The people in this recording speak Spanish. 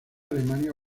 alemania